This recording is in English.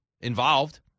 involved